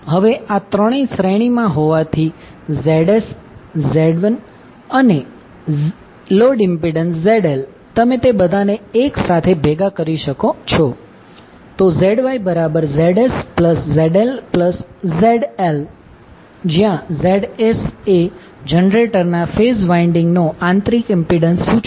હવે આ ત્રણેય શ્રેણીમાં હોવાથી Zs Zlઅને લોડ ઇમ્પિડન્સ ZL તમે તે બધાને એક સાથે ભેગા કરી શકો છો ZYZsZlZL જ્યાં • Zsએ જનરેટરના ફેઝ વાઇન્ડીંગ નો આંતરિક ઇમ્પિડન્સ સૂચવે છે